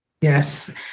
Yes